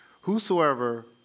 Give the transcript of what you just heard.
whosoever